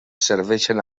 serveixen